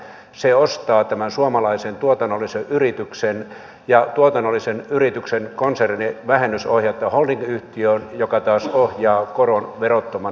se ostaa tämän suomalaisen tuotannollisen yrityksen ja tuotannollisen yrityksen konsernivähennys ohjataan holdingyhtiöön joka taas ohjaa koron verottomana veroparatiisiin